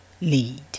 lead